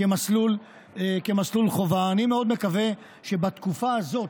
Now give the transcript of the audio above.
כמסלול חובה, אני מאוד מקווה שבתקופה הזאת